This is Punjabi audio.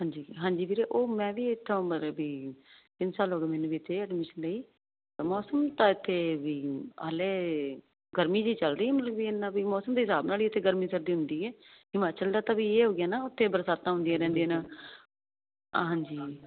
ਹਾਂਜੀ ਹਾਂਜੀ ਵੀਰੇ ਉਹ ਮੈਂ ਵੀ ਇਨਸ਼ਾ ਲੋ ਕਰਮੀ ਜੀ ਚਲਦੀ ਇਨਾ ਵੀ ਮੌਸਮ ਦੇ ਹਿਸਾਬ ਨਾਲ ਹੀ ਇਥੇ ਗਰਮੀ ਸਰਦੀ ਹੁੰਦੀ ਐ ਹਿਮਾਚਲ ਦਾ ਤਾਂ ਵੀ ਇਹ ਹੋ ਗਿਆ ਨਾ ਉਥੇ ਬਰਸਾਤਾਂ ਹੁੰਦੀਆਂ ਰਹਿੰਦੀਆਂ ਨੇ ਹਾਂਜੀ